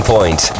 Point